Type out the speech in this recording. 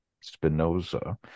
Spinoza